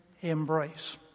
embrace